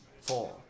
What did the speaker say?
Four